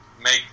make